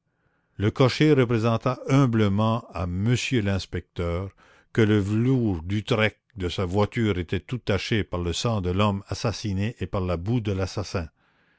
le cocher représenta humblement à monsieur l'inspecteur que le velours d'utrecht de sa voiture était tout taché par le sang de l'homme assassiné et par la boue de l'assassin